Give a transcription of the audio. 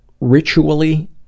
Ritually